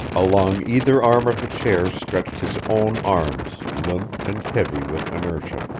along either arm of the chair stretched his own arms limp and heavy with inertia.